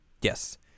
Yes